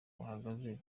bahagaze